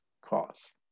cost